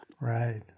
Right